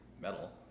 metal